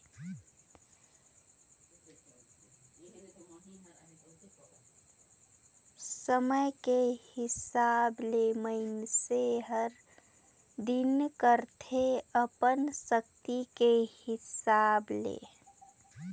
समे के हिसाब ले मइनसे हर दान करथे अपन सक्ति के हिसाब ले